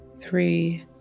three